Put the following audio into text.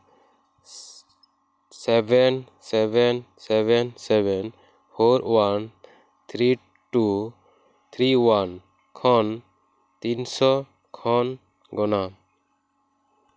seven seven seven seven four one three two three one ᱠᱷᱚᱱ ᱛᱤᱱᱥᱚ ᱠᱷᱚᱱ ᱜᱚᱱᱚ